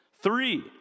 Three